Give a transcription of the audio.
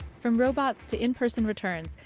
from robots to in-person returns,